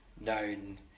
known